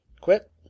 Quit